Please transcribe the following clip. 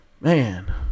man